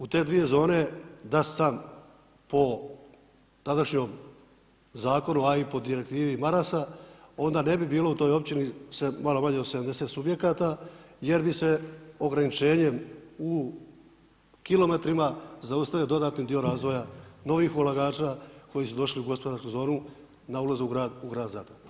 U te dvije zone da sam po tadašnjem zakonu, a i po direktivi Marasa onda ne bi bilo u toj općini sve malo manje od 70 subjekata jer bi se ograničenjem u kilometrima zaustavio dodatni dio razvoja novih ulagača koji su došli u gospodarsku zonu na ulazu u grad Zadar.